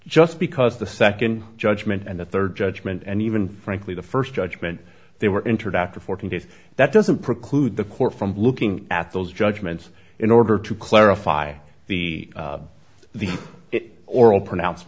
just because the second judgment and the third judgment and even frankly the first judgment they were entered after fourteen days that doesn't preclude the court from looking at those judgments in order to clarify the the oral pronounce